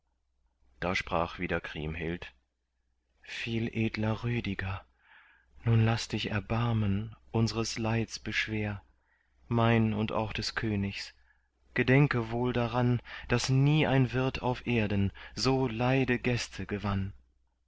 da sprach wieder kriemhild viel edler rüdiger nun laß dich erbarmen unsres leids beschwer mein und auch des königs gedenke wohl daran daß nie ein wirt auf erden so leide gäste gewann